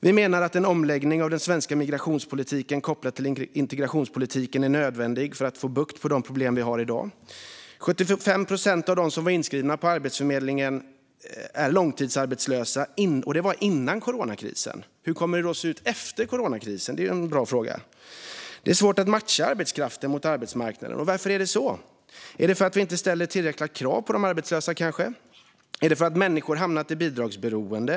Vi menar att en omläggning av den svenska migrationspolitiken kopplad till integrationspolitiken är nödvändig för att få bukt med de problem som vi har i dag. 75 procent av dem som var inskrivna på Arbetsförmedlingen var långtidsarbetslösa, och det var före coronakrisen. Hur kommer det då att se ut efter coronakrisen? Det är en bra fråga. Det är svårt att matcha arbetskraften mot arbetsmarknaden. Varför är det så? Är det för att vi inte ställer tillräckligt höga krav på de arbetslösa? Är det för att människor har hamnat i bidragsberoende?